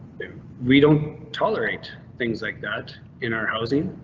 we don't tolerate things like that in our housing.